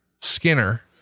Skinner